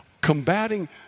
combating